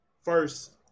First